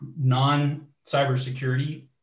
non-cybersecurity